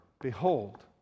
Behold